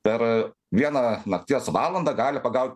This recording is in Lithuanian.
per vieną nakties valandą gali pagaut